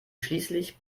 schließlich